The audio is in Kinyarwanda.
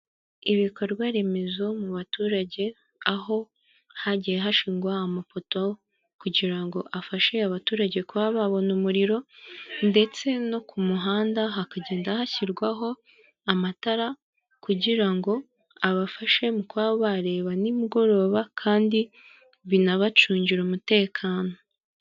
Ibikorwa remezo mu baturage aho hagiye hashingwa amapoto kugira ngo afashe abaturage kuba babona umuriro ndetse no ku muhanda hakagenda hashyirwaho amatara kugira ngo abafashe mu kuba bareba nimugoroba kandi binabacungire umutekano.